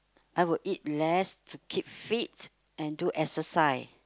I would eat less to keep fit and do exercise